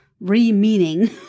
Re-meaning